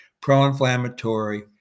pro-inflammatory